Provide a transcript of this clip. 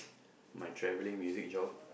my travelling music job